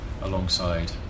alongside